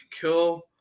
kill